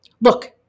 Look